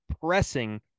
pressing